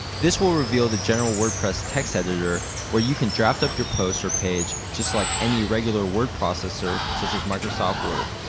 this will reveal the general wordpress text editor where you can draft up your post or page just like any regular word processor, such as microsoft word.